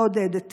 מעודדת טרור,